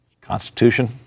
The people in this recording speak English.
Constitution